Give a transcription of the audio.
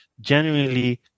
genuinely